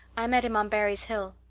i met him on barry's hill.